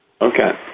Okay